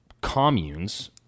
communes